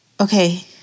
okay